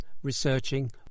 researching